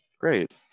Great